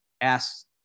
ask